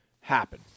happen